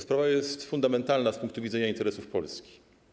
Sprawa jest fundamentalna z punktu widzenia interesów Polski.